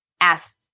asked